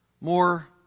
more